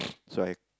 so I